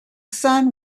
sun